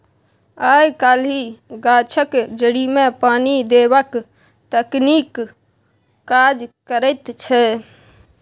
आय काल्हि गाछक जड़िमे पानि देबाक तकनीक काज करैत छै